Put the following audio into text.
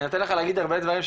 אני נותן לך להגיד כל מיני דברים,